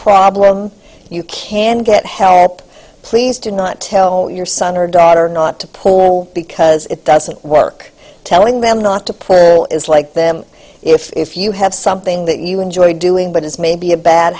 problem you can get help please do not tell your son or daughter not to pull because it doesn't work telling them not to put is like them if you have something that you enjoy doing but is maybe a bad